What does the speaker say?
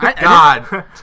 God